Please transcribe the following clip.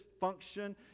function